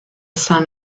sun